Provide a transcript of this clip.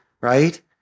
right